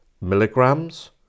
milligrams